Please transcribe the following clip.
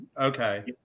Okay